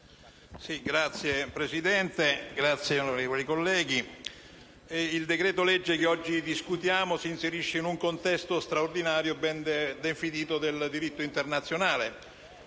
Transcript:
Signora Presidente, onorevoli colleghi, il decreto-legge che oggi discutiamo si inserisce in un contesto straordinario e ben definito di diritto internazionale.